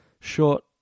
short